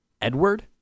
Edward